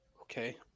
Okay